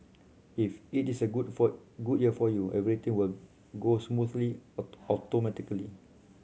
if it is a good for good year for you everything will go smoothly automatically